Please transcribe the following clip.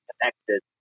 connected